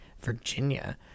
Virginia